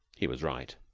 he was right.